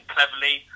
Cleverly